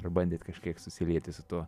ar bandėt kažkiek susilieti su tuo